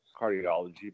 cardiology